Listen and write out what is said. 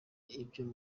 ibyo